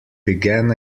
began